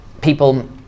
people